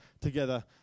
together